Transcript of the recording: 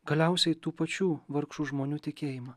galiausiai tų pačių vargšų žmonių tikėjimą